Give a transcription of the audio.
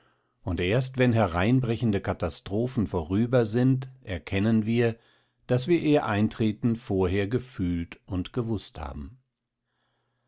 und erst wenn hereinbrechende katastrophen vorüber sind erkennen wir daß wir ihr eintreten vorher gefühlt und gewußt haben